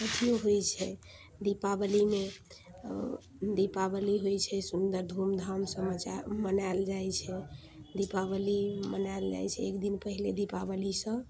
अथियो होइ छै दीपावलीमे दीपावली होइ छै सुन्दर धूम धामसँ मचा मनायल जाइ छै दीपावली मनायल जाइ छै एक दिन पहिले दीपावलीसँ